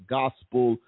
gospel